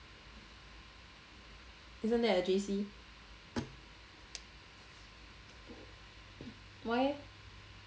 isn't that a J_C why eh